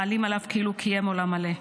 מעלים עליו כאילו קיים עולם מלא".